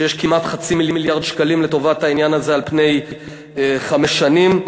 ויש כמעט חצי מיליארד שקלים לטובת העניין הזה על פני חמש שנים,